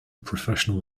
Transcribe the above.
professional